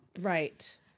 Right